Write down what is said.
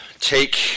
take